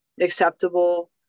acceptable